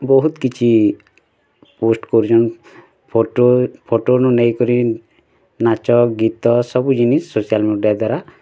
ବହୁତ କିଛି ପୋଷ୍ଟ କରୁଛନ୍ ଫଟୋ ଫଟୋ ନୁ ନେଇ କରି ନାଚ ଗୀତ ସବୁ ଜିନିଷ୍ ସୋସିଆଲ୍ ମିଡ଼ିଆ ଦ୍ଵାରା